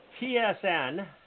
TSN